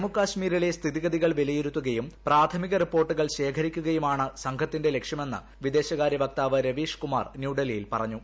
ജമ്മുകശ്മീരിലെ സ്ഥിതിഗതികൾ വിലയിരുത്തുകയും പ്രാഥമിക റിപ്പോർട്ടുകൾ ശേഖരിക്കുകയാണ് സംഘത്തിന്റെ ലക്ഷ്യമെന്ന് വിദേശകാര്യ വക്താവ് രവീഷ് കുമാർ ന്യൂഡൽഹിയിൽ പറഞ്ഞു